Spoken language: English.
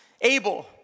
Abel